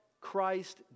Christ